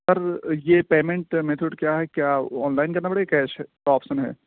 سر یہ payment method کیا ہے کیا آن لائن کرنا پڑے گا کیش کا آپشن ہے